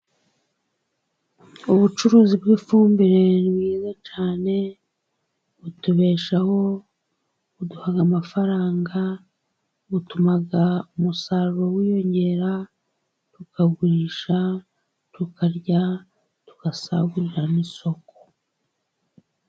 Ubucuruzi bw'ifumbire ni bwiza cyane, butubeshaho, buduha amafaranga, butuma umusaruro wiyongera, tukawugurisha, tukarya tugasagurira n'isoko.